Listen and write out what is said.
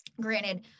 Granted